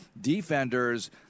defenders